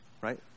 right